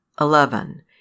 Eleven